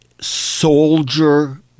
soldier